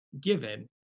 given